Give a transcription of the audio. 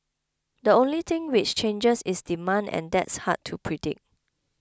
the only thing which changes is demand and that's hard to predict